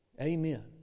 Amen